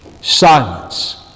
Silence